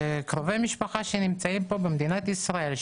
קרובי משפחה שנמצאים פה במדינת ישראל,